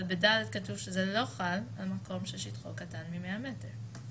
אבל ב-ד' כתוב שזה לא חל על מקום ששטחו קטן מ-100 מטר.